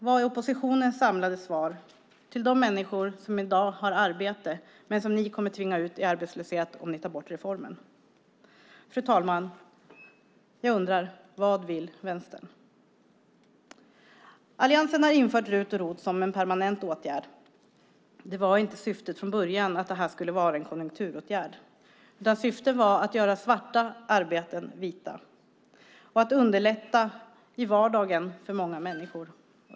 Vad är oppositionens samlade svar till de människor som i dag har arbete men som ni kommer att tvinga ut i arbetslöshet om ni tar bort reformen? Fru talman! Vad vill Vänstern? Alliansen har infört RUT och ROT som en permanent åtgärd. Det var inte syftet från början att de skulle vara en konjunkturåtgärd. Syftet var att göra svarta arbeten vita och att underlätta i vardagen för många människor.